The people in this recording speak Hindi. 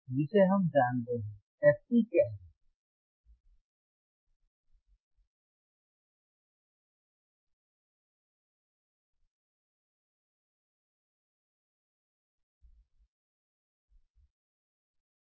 तो कुल है हमारे पास मूल्य है 600 400 जब आप स्थानापन्न करते हैं तो हमें गुणवत्ता कारक Q का मान शून्य से 35dB के बराबर मिलता है